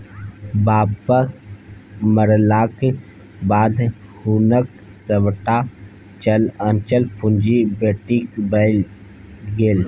बापक मरलाक बाद हुनक सभटा चल अचल पुंजी बेटीक भए गेल